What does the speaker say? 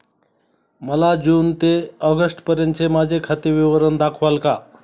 मला जून ते ऑगस्टपर्यंतचे माझे खाते विवरण दाखवाल का?